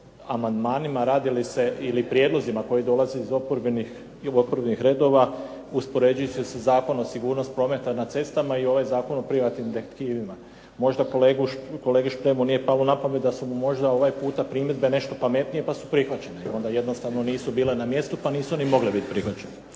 amandmanima radi li se, ili prijedlozima koji dolaze iz oporbenih redova uspoređuju se sa Zakonom o sigurnosti prometa na cestama i ovaj Zakon o privatnim detektivima. Možda kolegi Špremu nije palo na pamet da su mu možda ovaj puta primjedbe nešto pametnije pa su prihvaćene. Onda jednostavno nisu bile na mjestu pa nisu ni mogle bit prihvaćene.